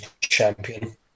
champion